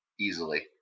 Easily